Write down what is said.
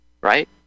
right